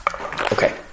Okay